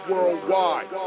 Worldwide